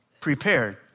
prepared